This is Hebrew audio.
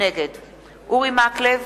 נגד אורי מקלב,